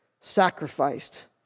sacrificed